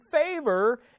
favor